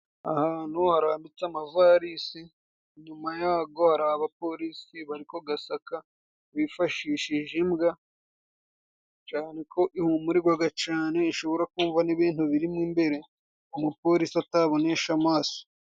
Ahantu harambitse amavalisi, inyuma yayo hari abapolisi bari kuyasaka bifashishije imbwa, cyane ko ihumurirwa cyane ishobora kumva n'ibintu birimo imbere umupolisi atabonesha amaso.